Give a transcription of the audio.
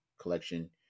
collection